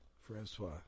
Francois